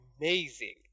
amazing